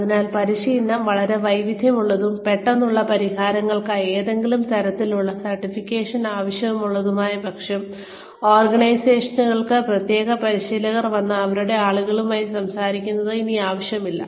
അതിനാൽ പരിശീലനം വളരെ വൈദഗ്ധ്യമുള്ളതും പെട്ടെന്നുള്ള പരിഹാരങ്ങൾക്കായി ഏതെങ്കിലും തരത്തിലുള്ള സർട്ടിഫിക്കേഷൻ ആവശ്യമുള്ളതുമായ പക്ഷം ഓർഗനൈസേഷനുകൾക്ക് പ്രത്യേക പരിശീലകർ വന്ന് അവരുടെ ആളുകളുമായി സംസാരിക്കുന്നത് ഇനി ആവശ്യമില്ല